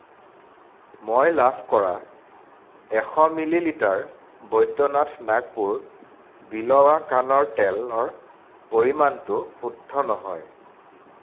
মই লাভ কৰা এশ মিলিলিটাৰ বৈদ্যনাথ নাগপুৰ বিলৱা কাণৰ তেলৰ পৰিমাণটো শুদ্ধ নহয়